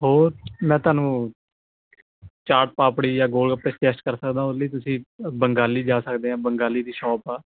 ਹੋਰ ਮੈਂ ਤੁਹਾਨੂੰ ਚਾਟ ਪਾਪੜੀ ਜਾਂ ਗੋਲ ਗੱਪੇ ਸਜੈਸਟ ਕਰ ਸਕਦਾ ਉਹਦੇ ਲਈ ਤੁਸੀਂ ਬੰਗਾਲੀ ਜਾ ਸਕਦੇ ਆ ਬੰਗਾਲੀ ਦੀ ਸ਼ਾਪ ਆ